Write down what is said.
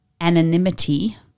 anonymity